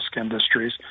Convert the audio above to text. industries